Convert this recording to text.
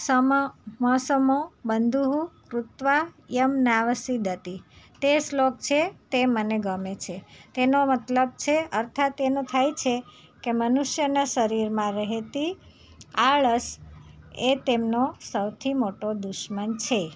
સમ મ સમો બંધુહું કૃત્વા યમનાં વિષદતી તે શ્લોક છે તે મને ગમે છે તેનો મતલબ છે અર્થાત એનો થાય છે કે મનુષ્યના શરીરમાં રહેતી આળસ એ તેમનો સૌથી મોટો દુશ્મન છે